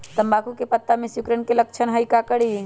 तम्बाकू के पत्ता में सिकुड़न के लक्षण हई का करी?